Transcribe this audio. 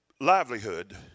livelihood